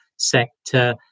sector